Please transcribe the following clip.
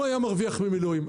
הוא היה מרוויח ממילואים.